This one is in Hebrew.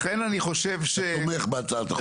לכן אני חושב ש --- אתה תומך בהצעת החוק?